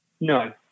No